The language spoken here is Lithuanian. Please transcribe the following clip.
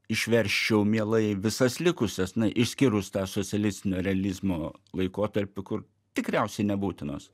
išversčiau mielai visas likusias na išskyrus tą socialistinio realizmo laikotarpį kur tikriausiai nebūtinos